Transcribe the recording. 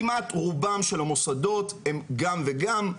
כמעט רובם של המוסדות הם גם וגם,